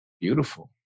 beautiful